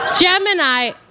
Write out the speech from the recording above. Gemini